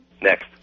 Next